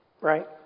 Right